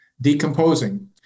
decomposing